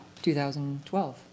2012